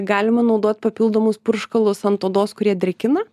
galima naudot papildomus purškalus ant odos kurie drėkina